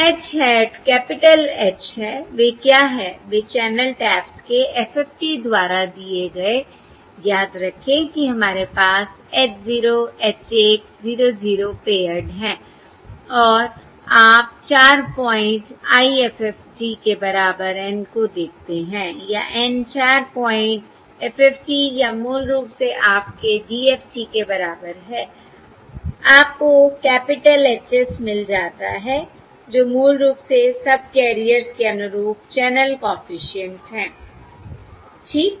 H hat capital H हैं वे क्या हैं वे चैनल टैप्स के FFT द्वारा दिए गए याद रखें कि हमारे पास h 0 h 1 0 0 पेअर्ड हैं और आप 4 प्वाइंट IFFT के बराबर N को देखते हैं या N 4 प्वाइंट FFT या मूल रूप से आपके DFT के बराबर है आपको कैपिटल H S मिल जाता है जो मूल रूप से सबकैरियर्स के अनुरूप चैनल कॉफिशिएंट्स है ठीक